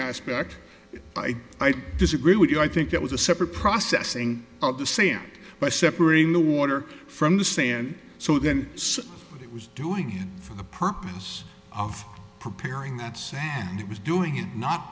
aspect i disagree with you i think it was a separate processing of the sand by separating the water from the sand so then it was doing it for the purpose of preparing that sand it was doing it not